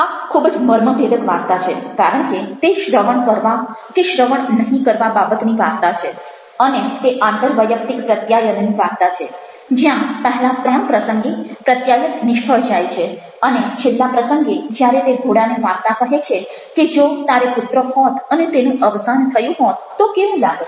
આ ખૂબ જ મર્મભેદક વાર્તા છે કારણ કે તે શ્રવણ કરવા કે શ્રવણ નહિ કરવા બાબતની વાર્તા છે અને તે આંતરવૈયક્તિક પ્રત્યાયનની વાર્તા છે જ્યાં પહેલા ત્રણ પ્રસંગે પ્રત્યાયન નિષ્ફળ જાય છે અને છેલ્લા પ્રસંગે જ્યારે તે ઘોડાને વાર્તા કહે છે કે જો તારે પુત્ર હોત અને તેનું અવસાન થયું હોત તો કેવું લાગત